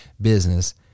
business